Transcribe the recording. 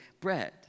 bread